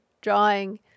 drawing